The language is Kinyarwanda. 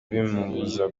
bimubuza